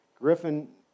Griffin